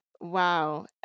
Wow